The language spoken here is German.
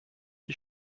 die